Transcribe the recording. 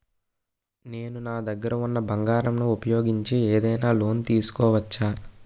నేను నా దగ్గర ఉన్న బంగారం ను ఉపయోగించి ఏదైనా లోన్ తీసుకోవచ్చా?